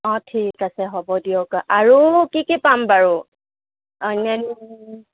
অঁ ঠিক আছে হ'ব দিয়ক আৰু কি কি পাম বাৰু অন্য়ান্য